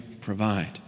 provide